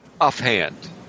Offhand